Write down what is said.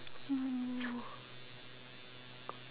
hmm